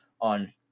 on